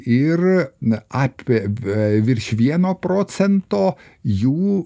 ir na apie be virš vieno procento jų